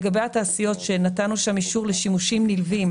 לגבי התעשיות שנתנו אישור לשימושים נלווים